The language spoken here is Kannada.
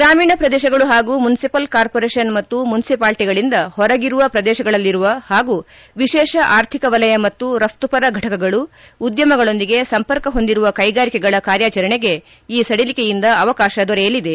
ಗ್ರಾಮೀಣ ಪ್ರದೇಶಗಳು ಹಾಗೂ ಮುನ್ಸಿಪಲ್ ಕಾರ್ಮೋರೇಷನ್ ಮತ್ತು ಮುನ್ಸಿಪಾಲ್ಟಿಗಳಿಂದ ಹೊರಗಿರುವ ಪ್ರದೇಶಗಳಲ್ಲಿರುವ ಹಾಗೂ ವಿಶೇಷ ಆರ್ಥಿಕ ವಲಯ ಮತ್ತು ರಫ್ತುಪರ ಘಟಕಗಳು ಉದ್ದಮಗಳೊಂದಿಗೆ ಸಂಪರ್ಕ ಹೊಂದಿರುವ ಕೈಗಾರಿಕೆಗಳ ಕಾರ್ಯಾಚರಣೆಗೆ ಈ ಸಡಿಲಿಕೆಯಿಂದ ಅವಕಾಶ ದೊರೆಯಲಿದೆ